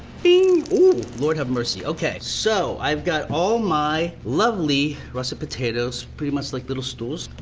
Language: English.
bing. ooh, lord have mercy, okay. so i've got all my lovely russet potatoes pretty much like little stools.